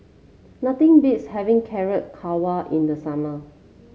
nothing beats having Carrot Halwa in the summer